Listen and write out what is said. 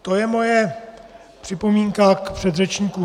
To je moje připomínka k předřečníkům.